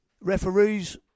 Referees